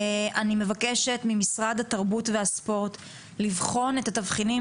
אני מבקשת ממשרד התרבות והספורט לבחון את התבחינים